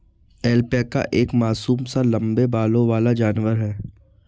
alpaca एक मासूम सा लम्बे बालों वाला जानवर है